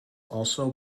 also